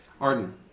Arden